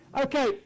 Okay